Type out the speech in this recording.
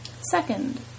Second